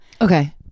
Okay